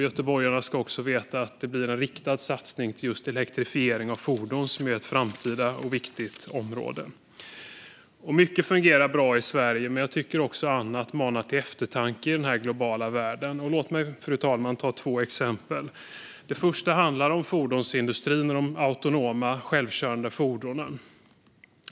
Göteborgarna ska också veta att det blir en riktad satsning till just elektrifiering av fordon, som är ett framtida och viktigt område. Mycket fungerar bra i Sverige. Men annat manar också till eftertanke i den här globala världen. Låt mig ta två exempel, fru talman. Det första handlar om fordonsindustrin och de autonoma självkörande fordonen.